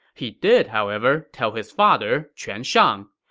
he did, however, tell his father, quan shang.